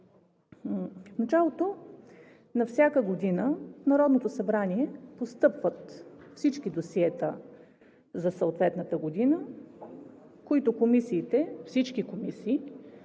В началото на всяка година в Народното събрание постъпват всички досиета за съответната година, които всички комисии,